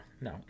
no